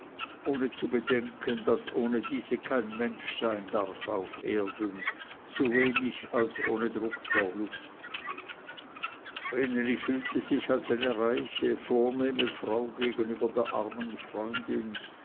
ohne zu bedenken daß ohne diese kein mensch sein darf auf erden so wenig als ohne druck der luft vreneli fühlte sich als eine reiche vornehme frau gegenüber der armen freundin